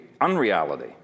unreality